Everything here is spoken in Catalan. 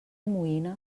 moïna